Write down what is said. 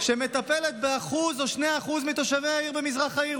שמטפלת ב-1% או ב-2% מתושבי העיר במזרח העיר.